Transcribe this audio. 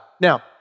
Now